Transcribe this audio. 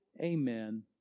Amen